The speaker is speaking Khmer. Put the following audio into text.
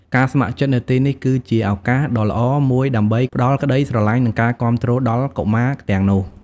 ការស្ម័គ្រចិត្តនៅទីនេះ គឺជាឱកាសដ៏ល្អមួយដើម្បីផ្ដល់ក្ដីស្រឡាញ់ និងការគាំទ្រដល់កុមារទាំងនោះ។